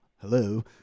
Hello